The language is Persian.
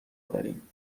داریم